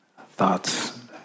thoughts